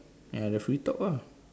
and the free talk lah